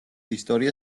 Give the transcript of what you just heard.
ისტორია